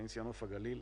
נוף הגליל,